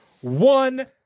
one